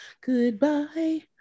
Goodbye